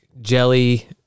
jelly